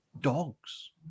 dogs